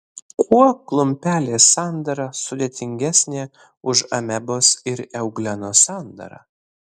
kuo klumpelės sandara sudėtingesnė už amebos ir euglenos sandarą